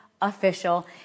Official